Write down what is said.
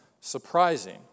surprising